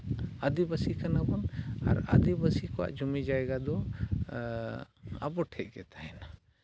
ᱟᱹᱰᱫᱤᱵᱟᱹᱥᱤ ᱠᱟᱱᱟᱵᱚᱱ ᱟᱨ ᱟᱹᱫᱤᱵᱟᱹᱥᱤ ᱠᱚᱣᱟᱜ ᱡᱩᱢᱤ ᱡᱟᱭᱜᱟ ᱫᱚ ᱟᱵᱚ ᱴᱷᱮᱱᱜᱮ ᱛᱟᱦᱮᱱᱟ